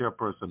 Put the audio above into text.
Chairperson